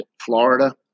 Florida